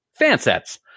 Fansets